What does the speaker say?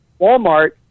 Walmart